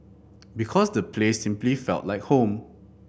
because the place simply felt like home